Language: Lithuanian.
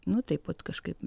nu taip pat kažkaip